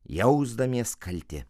jausdamies kalti